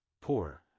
poor